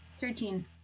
Thirteen